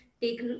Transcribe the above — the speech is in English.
take